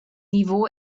niveau